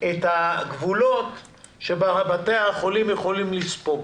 הגבולות שבתי החולים יכולים לספוג